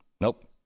Nope